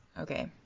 Okay